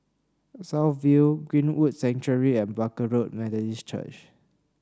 South View Greenwood Sanctuary and Barker Road Methodist Church